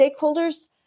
Stakeholders